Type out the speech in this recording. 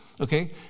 Okay